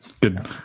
good